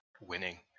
winning